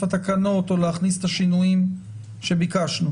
התקנות או להכניס את השינויים שביקשנו.